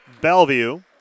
Bellevue